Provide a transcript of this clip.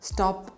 Stop